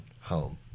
Home